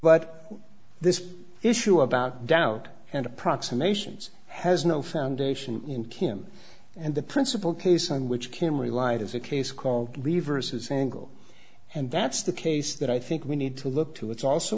but this issue about doubt and approximations has no foundation in kim and the principle case on which kim relied is a case called reverses angle and that's the case that i think we need to look to it's also